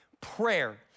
prayer